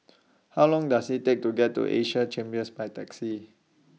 How Long Does IT Take to get to Asia Chambers By Taxi